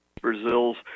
Brazil's